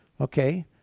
Okay